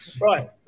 Right